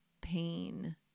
pain